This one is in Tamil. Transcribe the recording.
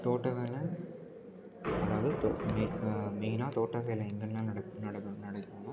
தோட்ட வேலை அதாவது தோ மே மெயினாக தோட்ட வேலை எங்கெல்லாம் நடக் நடக் நடக்கும்னா